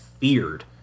feared